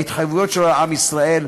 בהתחייבויות שלו לעם ישראל,